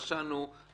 פשענו,